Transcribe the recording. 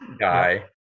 guy